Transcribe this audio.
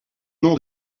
nom